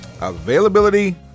availability